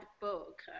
book